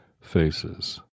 faces